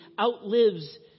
outlives